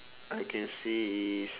I can say is